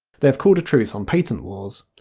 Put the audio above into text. they have called a truce on patent wars.